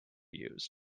used